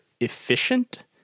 efficient